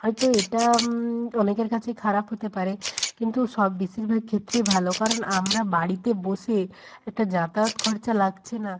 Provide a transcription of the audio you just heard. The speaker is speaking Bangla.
হয়তো এটা অনেকের কাছে খারাপ হতে পারে কিন্তু সব বেশিরভাগ ক্ষেত্রে ভালো কারণ আমরা বাড়িতে বসে একটা যাতায়াত খরচা লাগছে না